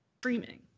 streaming